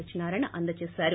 సత్యనారాయణ అందజేశారు